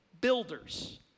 builders